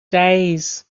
days